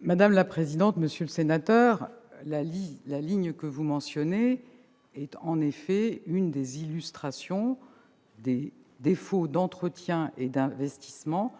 Mme la ministre. Monsieur le sénateur, la ligne que vous mentionnez est en effet une des illustrations des défauts d'entretien et d'investissement